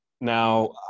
Now